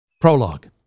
Prologue